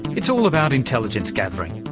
it's all about intelligence gathering,